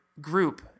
group